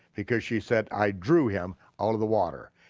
because she said i drew him out of the water.